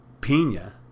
Pina